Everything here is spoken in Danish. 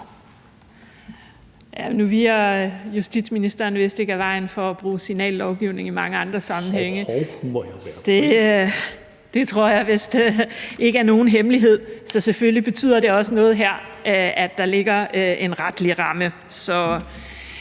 nu viger justitsministeren vist ikke tilbage for at bruge signallovgivning i mange andre sammenhænge, det tror jeg vist ikke er nogen hemmelighed. Så selvfølgelig betyder det også noget, at der her ligger en retlig ramme.